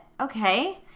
Okay